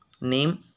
Name